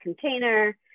container